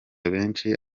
benshi